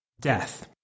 death